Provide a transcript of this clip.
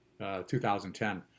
2010